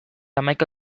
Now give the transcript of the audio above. hamaika